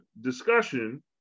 discussion